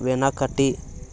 వెనకటి